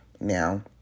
now